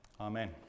Amen